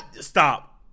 stop